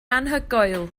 anhygoel